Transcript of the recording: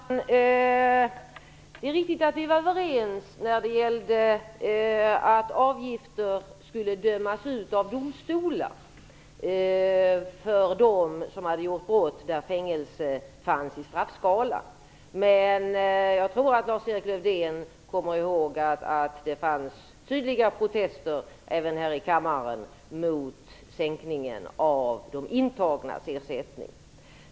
Herr talman! Det är riktigt att vi var överens om att domstolar skulle döma ut avgifter för dem som begått brott där fängelse fanns i straffskalan. Men jag tror att Lars-Erik Lövdén kommer ihåg att det förekom tydliga protester även här i kammaren mot sänkningen av de intagnas ersättning.